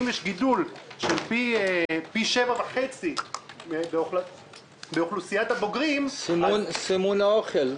שאם יש גידול פי 7.5 באוכלוסיית הבוגרים- - סימון האוכל.